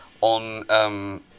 On